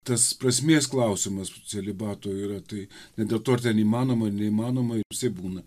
tas prasmės klausimas celibato yra tai ne dėl to ar ten įmanoma ar neįmanoma visaip būna